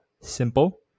simple